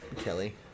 Kelly